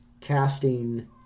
casting